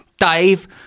Dave